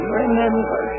remember